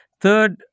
Third